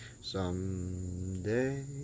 Someday